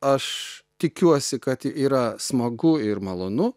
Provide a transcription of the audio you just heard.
aš tikiuosi kad yra smagu ir malonu